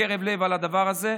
באמת אני מודה מקרב לב על הדבר הזה.